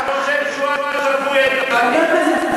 כל אחד חושב שהשפיות רק אצלו.